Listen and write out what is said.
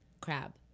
crab